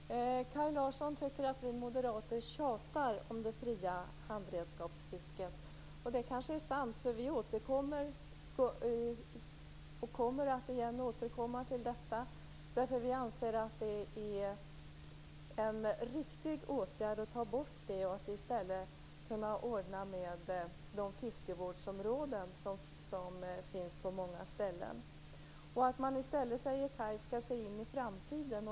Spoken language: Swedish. Fru talman! Kaj Larsson tycker att vi moderater tjatar om det fria handredskapsfisket. Det är kanske sant. Vi återkommer till detta därför att vi anser att det är en riktig åtgärd att ta bort det för att i stället kunna ordna fiskevårdsområden, som redan finns på många ställen. Kaj Larsson säger att vi i stället skall se in i framtiden.